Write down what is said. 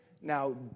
Now